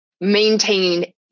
maintain